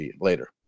later